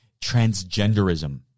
transgenderism